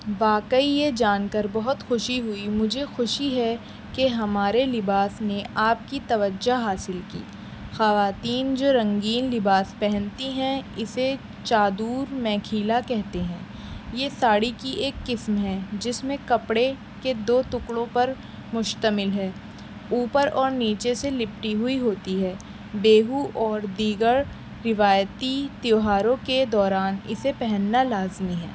واقعی یہ جان کر بہت خوشی ہوئی مجھے خوشی ہے کہ ہمارے لباس نے آپ کی توجہ حاصل کی خواتین جو رنگین لباس پہنتی ہیں اسے چادور میکھیلا کہتے ہیں یہ ساڑی کی ایک قسم ہے جس میں کپڑے کے دو ٹکڑوں پر مشتمل ہے اوپر اور نیچے سے لپٹی ہوئی ہوتی ہے بیہو اور دیگر روایتی تیوہاروں کے دوران اسے پہننا لازمی ہے